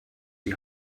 die